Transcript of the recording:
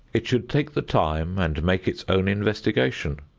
it should take the time and make its own investigation,